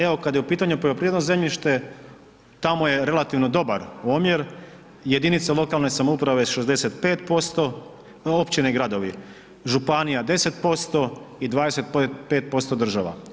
Evo kada je u pitanju poljoprivredno zemljište tamo je relativno dobar omjer, jedinice lokalne samouprave 65% općine i gradovi, županija 10% i 25% država.